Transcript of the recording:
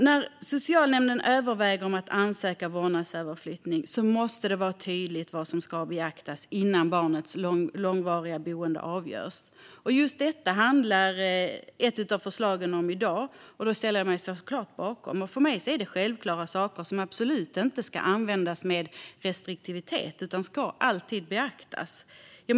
När socialnämnden överväger att ansöka om vårdnadsöverflyttning måste det vara väldigt tydligt vad som ska beaktas innan barnets långvariga boende avgörs. Just det handlar ett av förslagen i dag om. Det ställer jag mig såklart bakom. För mig är det självklara saker som absolut inte ska användas med restriktivitet utan alltid ska beaktas.